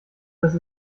dass